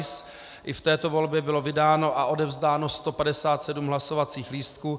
I v této volbě bylo vydáno a odevzdáno 157 hlasovacích lístků.